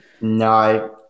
No